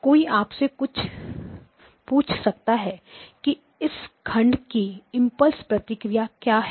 कोई आपसे पूछ सकता है कि इस इस खंड की इंपल्स प्रतिक्रिया क्या है